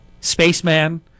spaceman